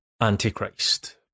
antichrist